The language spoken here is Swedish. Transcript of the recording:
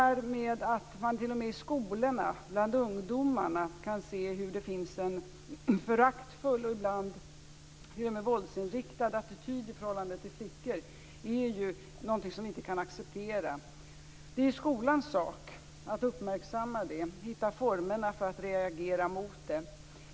Att man t.o.m. i skolorna, bland ungdomarna, kan se hur det finns en föraktfull och ibland t.o.m. våldsinriktad attityd i förhållande till flickor är något som vi inte kan acceptera. Det är skolans sak att uppmärksamma detta och hitta formerna för att reagera mot det.